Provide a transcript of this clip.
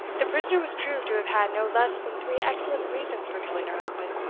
the prisoner was proved to have had no less than three excellent reasons for killing her husband.